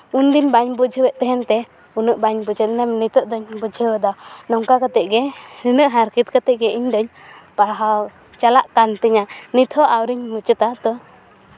ᱩᱱ ᱫᱤᱱ ᱵᱟᱹᱧ ᱵᱩᱡᱷᱟᱹᱣᱮᱫ ᱛᱟᱦᱮᱱᱛᱮ ᱩᱱᱟᱹᱜ ᱵᱟᱹᱧ ᱵᱩᱡᱷᱟᱹᱣ ᱞᱮᱱᱟ ᱱᱤᱛᱚᱜ ᱫᱚᱧ ᱵᱩᱡᱷᱟᱹᱣᱫᱟ ᱱᱚᱝᱠᱟ ᱠᱟᱛᱮᱫ ᱜᱮ ᱱᱤᱱᱟᱹᱜ ᱦᱟᱨᱠᱮᱛ ᱠᱟᱛᱮᱫ ᱜᱮ ᱤᱧ ᱫᱚᱧ ᱯᱟᱲᱦᱟᱣ ᱪᱟᱞᱟᱜ ᱠᱟᱱ ᱛᱤᱧᱟ ᱱᱤᱛ ᱦᱚᱸ ᱟᱹᱣᱨᱤᱧ ᱢᱩᱪᱟᱹᱫᱟ ᱛᱚ